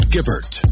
Gibbert